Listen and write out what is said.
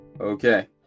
Okay